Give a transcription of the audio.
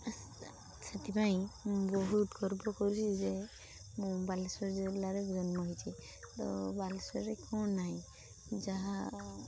ସେଥିପାଇଁ ବହୁତ ଗର୍ବ କରୁଛି ଯେ ମୁଁ ବାଲେଶ୍ୱର ଜିଲ୍ଲାରେ ଜନ୍ମ ହେଇଛି ତ ବାଲେଶ୍ୱରରେ କ'ଣ ନାହିଁ ଯାହା